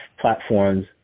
platforms